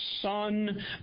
Son